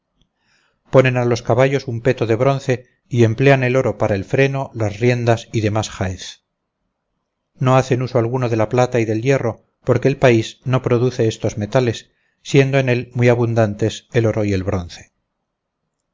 ponen a los caballos un peto de bronce y emplean el oro para el freno las riendas y domas jaez no hacen uso alguno de la plata y del hierro porque el país no produce estos metales siendo en él muy abundantes el oro y el bronce